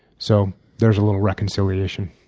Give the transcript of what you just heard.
so there's a little reconciliation.